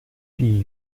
die